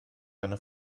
eine